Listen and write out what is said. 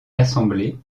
assemblée